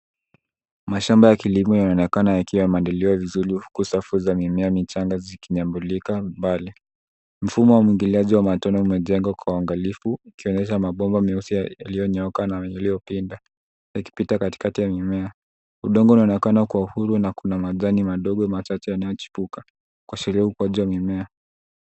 Mashamba ya kilimo yanaonekana yakiwa yameandaliwa vizuri huku safu za mimea michanga zikinyambulika mbali. Mfumo wa umwagiliaji wa matone umejengwa kwa uangalifu ikionyesha mabomba meusi yalinyooka na yaliyopinda yakipita katikati ya mimea. Udongo unaonekana kuwa huru na kuna majani madogo machache yanayochipuka kuashiria ukuaji wa mimea.